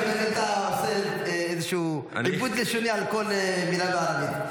חבר הכנסת היה עושה עיבוד לשוני על כל מילה בערבית.